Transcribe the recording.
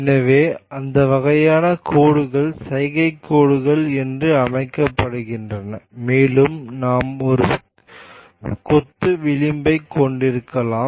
எனவே அந்த வகையான கோடுகள் சைகை கோடுகள் என்று அழைக்கப்படுகின்றன மேலும் நாம் ஒரு கொத்து விளிம்பைக் கொண்டிருக்கலாம்